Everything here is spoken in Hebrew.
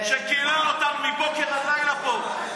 שקילל אותנו מבוקר עד לילה פה,